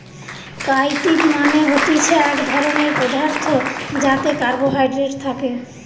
chitin মানে হতিছে এক ধরণের পদার্থ যাতে কার্বোহাইড্রেট থাকে